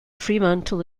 fremantle